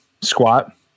squat